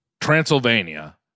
Transylvania